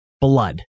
blood